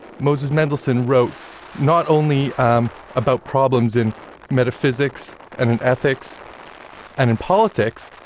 moses mendelssohn wrote not only um about problems in metaphysics and in ethics and in politics,